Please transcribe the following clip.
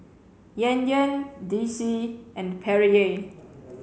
Yan Yan D C and Perrier